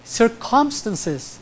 circumstances